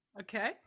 Okay